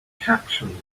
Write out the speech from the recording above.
capsules